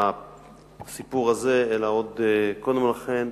הסיפור הזה אלא עוד קודם לכן,